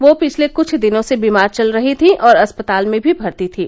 वह पिछले क्छ दिनों से बीमार चल रहीं थी और अस्पताल में भी भर्ती थीं